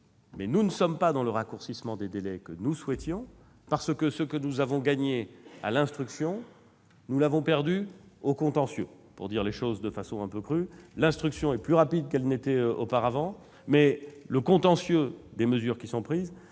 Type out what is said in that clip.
Mais nous ne sommes pas dans le raccourcissement des délais que nous souhaitions : ce que nous avons gagné à l'instruction, nous l'avons perdu au contentieux. Pour le dire en termes un peu crus, l'instruction est plus rapide qu'auparavant, mais le contentieux des mesures prises